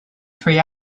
three